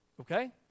Okay